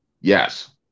Yes